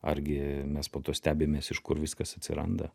argi mes po to stebimės iš kur viskas atsiranda